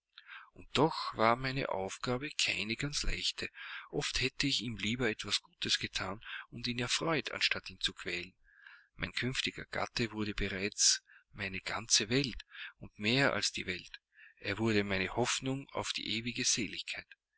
und doch war meine aufgabe keine ganz leichte oft hätte ich ihm lieber etwas gutes gethan und ihn erfreut anstatt ihn zu quälen mein künftiger gatte wurde bereits meine ganze welt mehr als die welt er wurde meine hoffnung auf die ewige seligkeit